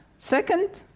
second,